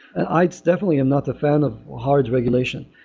i definitely am not a fan of hard regulation.